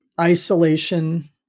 isolation